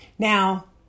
Now